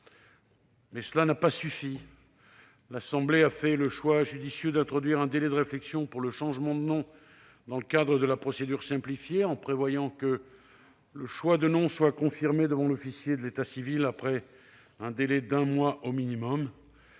mais cela n'a pas suffi. Vos collègues députés ont fait le choix judicieux d'introduire un délai de réflexion pour le changement de nom dans le cadre de la procédure simplifiée, en prévoyant que le choix de nom soit confirmé devant l'officier d'état civil après un délai d'un mois au minimum.